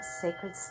sacred